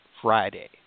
Friday